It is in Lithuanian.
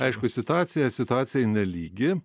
aišku situacija situacijai nelygi